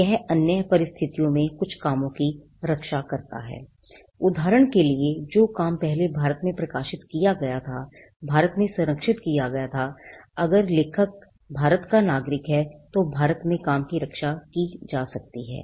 यह अन्य परिस्थितियों में कुछ कामों की रक्षा भी करता है उदाहरण के लिए जो काम पहले भारत में प्रकाशित किया गया था भारत में संरक्षित किया जा सकता है और अगर लेखक भारत का नागरिक है तो भारत में काम की रक्षा की जा सकती है